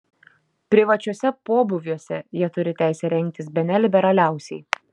privačiuose pobūviuose jie turi teisę rengtis bene liberaliausiai